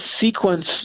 sequence